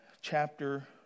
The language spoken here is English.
chapter